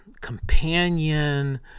companion